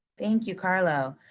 thank you, carlo.